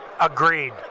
Agreed